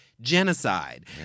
genocide